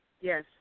Yes